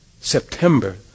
September